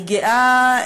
אני גאה,